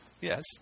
Yes